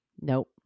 Nope